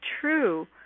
true